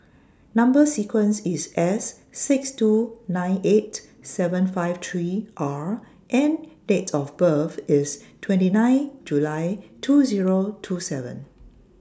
Number sequence IS S six two nine eight seven five three R and Date of birth IS twenty nine July two Zero two seven